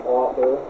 author